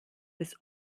bis